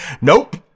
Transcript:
nope